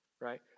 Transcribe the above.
right